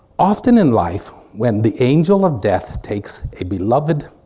often in life when the angel of death takes a beloved,